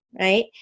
right